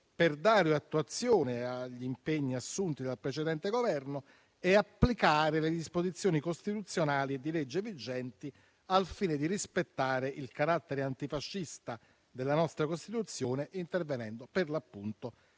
per dare attuazione agli impegni assunti dal precedente Governo e applicare le disposizioni costituzionali e di legge vigenti, al fine di rispettare il carattere antifascista della nostra Costituzione, intervenendo per l'appunto